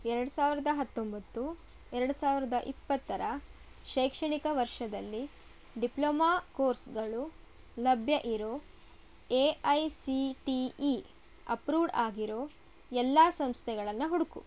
ಎರಡು ಸಾವಿರದ ಹತ್ತೊಂಬತ್ತು ಎರಡು ಸಾವಿರದ ಇಪ್ಪತ್ತರ ಶೈಕ್ಷಣಿಕ ವರ್ಷದಲ್ಲಿ ಡಿಪ್ಲೊಮಾ ಕೋರ್ಸ್ಗಳು ಲಭ್ಯ ಇರೋ A I C T E approved ಆಗಿರೋ ಎಲ್ಲ ಸಂಸ್ಥೆಗಳನ್ನು ಹುಡುಕು